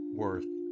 worth